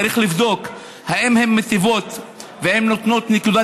צריך לבדוק אם הן מיטיבות ונותנות נקודת